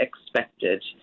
expected